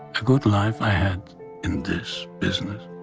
a good life i had in this business.